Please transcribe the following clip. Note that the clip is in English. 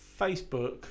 Facebook